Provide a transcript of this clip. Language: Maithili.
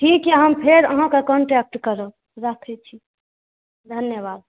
ठीक यऽ हम फेर अहाँके कॉन्टैक्ट करब राखै छी धन्यवाद